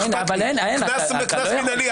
קנס מנהלי,